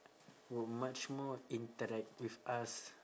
were much more interact with us